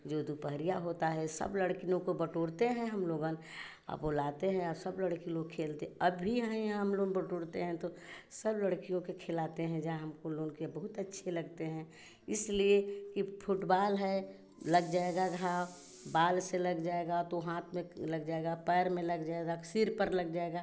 जो दोपहर होता है सब लड़की लोग को बटोरते हैं हम लोग बोलाते हैं और सब लड़की लोग खेलते अब भी है यहाँ हम लोग बटोरते हैं तो सब लड़कियों के खेलाते हैं जा हमको लोग के बहुत अच्छे लगते हैं इसलिए कि फुटबाल है लग जाएगा घाव बाल से लग जाएगा तो हाथ में लग जाएगा पैर में लग जाएगा सिर पर लग जाएगा